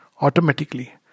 automatically